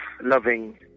loving